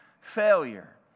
failure